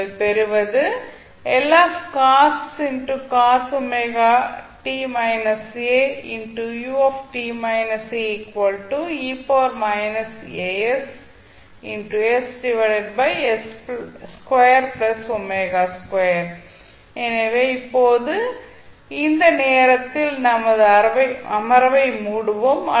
நீங்கள் பெறுவது எனவே இப்போது இந்த நேரத்தில் நமது அமர்வை மூடுவோம்